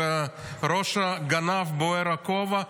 על הראש הגנב בוער הכובע.